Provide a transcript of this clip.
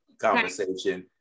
conversation